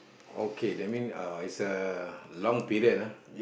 okay that mean uh it's a long period ah